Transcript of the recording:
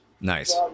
Nice